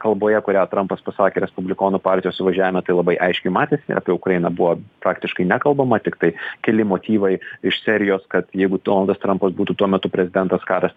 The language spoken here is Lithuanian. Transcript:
kalboje kurią trampas pasakė respublikonų partijos suvažiavime tai labai aiškiai matėsi apie ukrainą buvo praktiškai nekalbama tiktai keli motyvai iš serijos kad jeigu donaldas trampas būtų tuo metu prezidentas karas